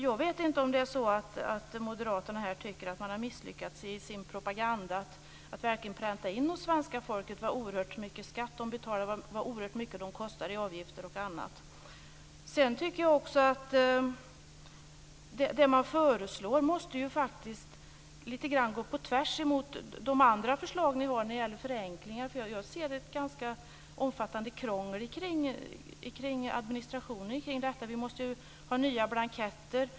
Jag vet inte om det är så att moderaterna tycker att man har misslyckats i sin propaganda att verkligen pränta in i svenska folket hur oerhört mycket skatt de betalar, hur oerhört mycket de kostar i avgifter och annat. Sedan tycker jag också att det man föreslår faktiskt måste gå lite grann på tvärs mot de andra förslag moderaterna har när det gäller förenklingar. Jag ser ett ganska omfattande krångel i administrationen omkring detta. Vi måste ha nya blanketter.